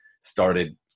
started